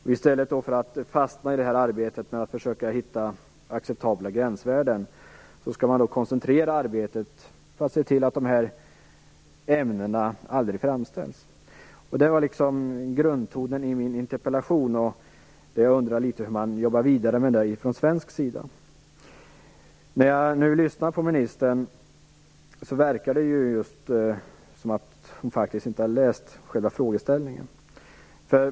I stället för att fastna i arbetet med att försöka hitta acceptabla gränsvärden skulle man koncentrera arbetet på att se till att dessa ämnen aldrig framställs. Det var grundtonen i min interpellation, och jag undrade hur man jobbar vidare med det här från svensk sida. När jag nu lyssnar på ministern verkar det som om hon faktiskt inte hade läst själva frågeställningen.